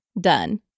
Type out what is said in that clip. done